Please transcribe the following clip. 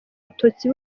abatutsi